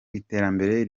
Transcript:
iterambere